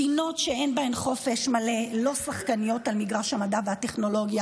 "מדינות שאין בהן חופש מלא אינן שחקניות על מגרש המדע והטכנולוגיה,